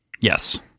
Yes